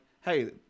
hey